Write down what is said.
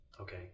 Okay